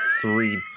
three